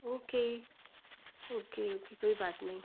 okay okay okay कोई बात नहीं